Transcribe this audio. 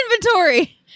inventory